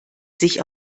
sich